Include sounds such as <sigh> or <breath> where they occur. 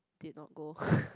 did not go <breath>